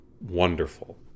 wonderful